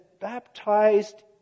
baptized